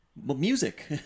Music